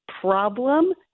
problem